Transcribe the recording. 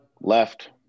left